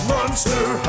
Monster